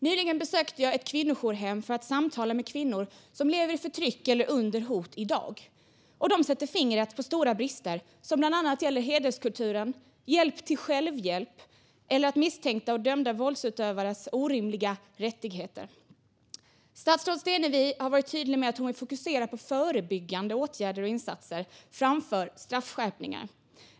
Nyligen besökte jag ett kvinnojourhem för att samtala med kvinnor som lever i förtryck eller under hot i dag. De sätter fingret på stora brister som bland annat gäller hederskulturen, hjälp till självhjälp eller misstänkta och dömda våldsutövares orimliga rättigheter. Statsrådet Stenevi har varit tydlig med att hon vill fokusera på förebyggande åtgärder och insatser framför straffskärpningar.